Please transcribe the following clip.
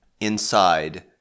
inside